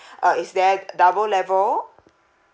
uh is there double level